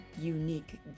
unique